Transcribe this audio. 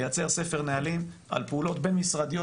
לייצר ספר נהלים על פעולות בין משרדיות